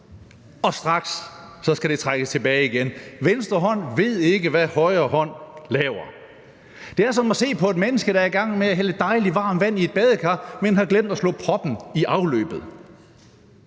og straks skal det trækkes tilbage igen. Venstre hånd ved ikke, hvad højre hånd laver. Det er som at se på et menneske, der er i gang med at hælde dejligt varmt vand i et badekar, men har glemt at sætte proppen i afløbet.